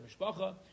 mishpacha